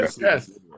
Yes